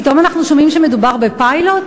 פתאום אנחנו שומעים שמדובר בפיילוט?